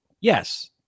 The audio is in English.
yes